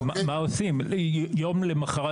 אבל מה עושים כאשר יום למוחרת,